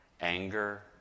Anger